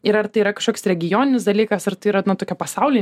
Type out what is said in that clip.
ir ar tai yra kažkoks regioninis dalykas ar tai yra nu tokia pasauly